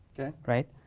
okay. right?